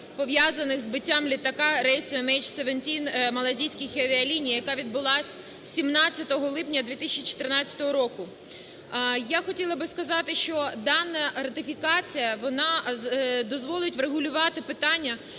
пов'язаних зі збиттям літака рейсу МН17 Малайзійських авіаліній, яка відбулася 17 липня 2014 року. Я хотіла б сказати, що дана ратифікація, вона дозволить врегулювати питання,